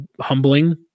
humbling